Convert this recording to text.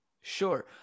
Sure